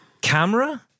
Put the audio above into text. Camera